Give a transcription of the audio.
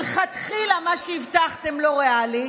מלכתחילה מה שהבטחתם לא ריאלי,